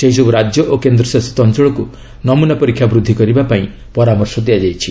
ସେହିସବୂ ରାଜ୍ୟ ଓ କେନ୍ଦ୍ରଶାସିତ ଅଞ୍ଚଳକ୍ ନମ୍ରନା ପରୀକ୍ଷା ବୃଦ୍ଧି କରିବା ପାଇଁ ପରାମର୍ଶ ଦିଆଯାଇଛି